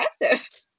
impressive